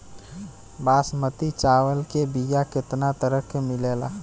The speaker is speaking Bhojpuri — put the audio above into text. बासमती चावल के बीया केतना तरह के मिलेला?